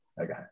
Okay